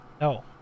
No